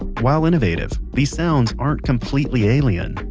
while innovative, these sounds aren't completely alien.